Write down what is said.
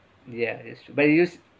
ya that's true but you use